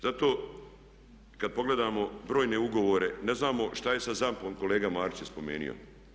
Zato kada pogledamo brojne ugovore, ne znamo što je sa ZAMP-om kolega Marić je spomenuo.